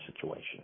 situation